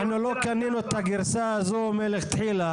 אנחנו לא קנינו את הגרסה הזאת מלכתחילה,